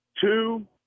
two